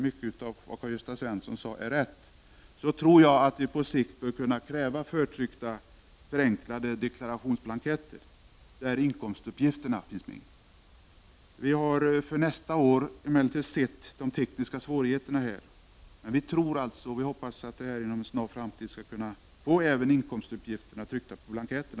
Mycket av det Karl Gösta Svenson sade är riktigt, och jag tror att vi på sikt bör kunna kräva förtryckta förenklade deklarationsblanketter där inkomstuppgifterna finns med. Vi har för nästa år sett de tekniska svårigheterna, men vi tror och hoppas att vi inom en snar framtid skall kunna få även inkomstuppgifterna tryckta på deklarationsblanketterna.